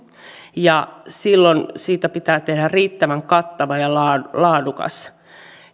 ja silloin siitä pitää tehdä riittävän kattava ja laadukas